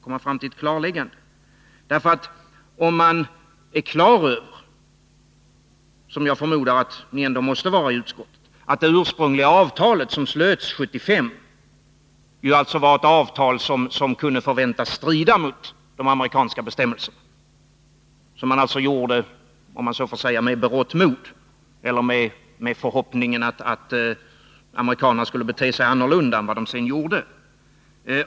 Jag förmodar att ni ändå måste vara klara över i utskottet att det ursprungliga avtalet, som slöts 1975, kunde förväntas strida mot de amerikanska bestämmelserna och att man, om jag så får säga, struntade i detta med berått mod eller med förhoppningen att amerikanarna skulle bete sig annorlunda än de sedan gjorde.